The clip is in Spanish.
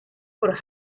por